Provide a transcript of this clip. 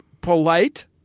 polite